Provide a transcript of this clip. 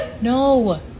no